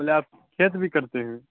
پہلے آپ کھیت بھی کرتے ہیں